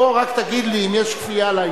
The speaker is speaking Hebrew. פה רק תגיד לי אם יש כפייה על האשה.